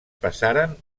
passaren